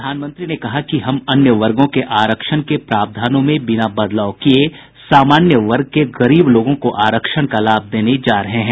प्रधानमंत्री ने कहा कि हम अन्य वर्गो के आरक्षण के प्रावधान में बिना बदलाव किये सामान्य वर्ग के गरीब लोगों को आरक्षण का लाभ देने जा रहे हैं